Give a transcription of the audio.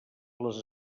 les